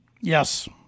Yes